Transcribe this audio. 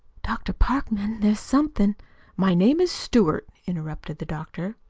dr. parkman, there's somethin' my name is stewart, interrupted the doctor.